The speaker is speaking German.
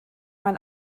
mein